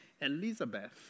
Elizabeth